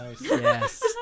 Yes